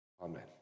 Amen